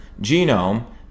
genome